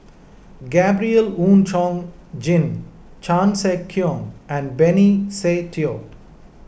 Gabriel Oon Chong Jin Chan Sek Keong and Benny Se Teo